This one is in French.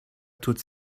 toute